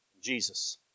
Jesus